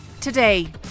Today